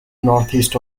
northeast